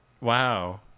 Wow